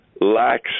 lacks